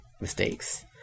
mistakes